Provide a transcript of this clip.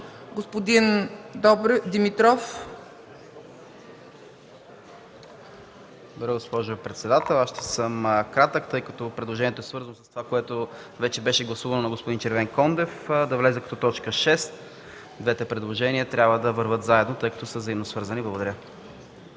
ДИМИТРОВ (ГЕРБ): Благодаря, госпожо председател. Аз ще съм кратък, тъй като предложението е свързано с това, което вече беше гласувано на господин Червенкондев – да влезе като точка шеста. Двете предложения трябва да вървят заедно, тъй като са взаимно свързани. Благодаря.